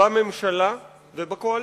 בממשלה ובקואליציה.